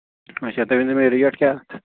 مےٚ چھا تُہۍ ؤنِو مےٚ ریٹ کیٛاہ